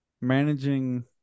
managing